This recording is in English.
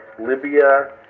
Libya